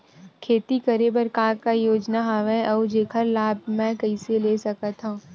खेती करे बर का का योजना हवय अउ जेखर लाभ मैं कइसे ले सकत हव?